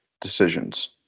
decisions